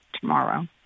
tomorrow